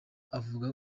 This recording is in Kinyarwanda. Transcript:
avuga